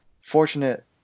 fortunate